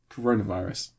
Coronavirus